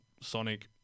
sonic